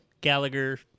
gallagher